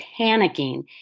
panicking